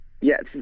yes